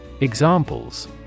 Examples